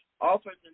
offers